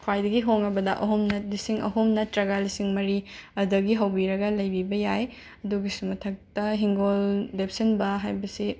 ꯈ꯭ꯋꯥꯏꯗꯒꯤ ꯍꯣꯡꯉꯕꯗ ꯑꯍꯨꯝꯅ ꯂꯤꯁꯤꯡ ꯑꯍꯨꯝ ꯅꯠꯇ꯭ꯔꯒ ꯂꯤꯁꯤꯡ ꯃꯔꯤ ꯑꯗꯒꯤ ꯍꯧꯕꯤꯔꯒ ꯂꯩꯕꯤꯕ ꯌꯥꯏ ꯑꯗꯨꯒꯤꯁꯨ ꯃꯊꯛꯇ ꯍꯤꯡꯒꯣꯜ ꯂꯦꯞꯁꯤꯟꯕ ꯍꯥꯏꯕꯁꯤ